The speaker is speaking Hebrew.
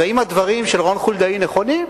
אז האם הדברים של רון חולדאי נכונים?